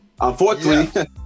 Unfortunately